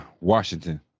Washington